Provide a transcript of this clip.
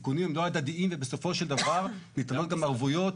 הסיכונים הם לא הדדיים ובסופו של דבר ניתנות גם ערבויות,